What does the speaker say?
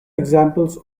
examples